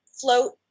float